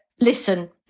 listen